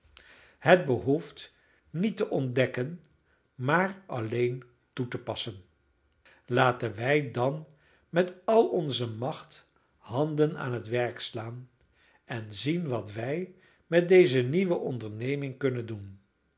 het behoeft niet te ontdekken maar alleen toe te passen laten wij dan met al onze macht handen aan het werk slaan en zien wat wij met deze nieuwe onderneming kunnen doen